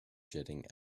jetting